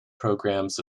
programmes